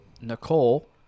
Nicole